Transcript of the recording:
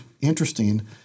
interesting